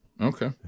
Okay